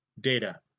data